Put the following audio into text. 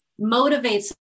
motivates